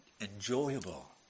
enjoyable